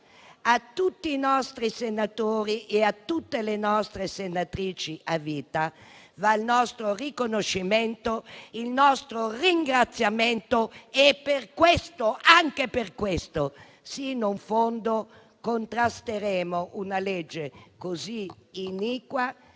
a tutti i nostri senatori e a tutte le nostre senatrici a vita, a cui vanno il nostro riconoscimento e il nostro ringraziamento; anche per questo, fino in fondo, contrasteremo una legge così iniqua,